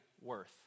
worth